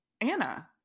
Anna